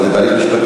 אבל זה בהליך משפטי.